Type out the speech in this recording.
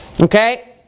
Okay